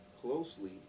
closely